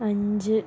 അഞ്ച്